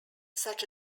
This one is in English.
such